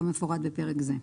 כמפורט בפרק זה.